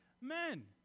men